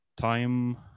time